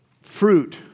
fruit